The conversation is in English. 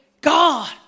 God